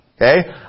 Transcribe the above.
Okay